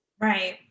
Right